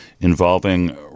involving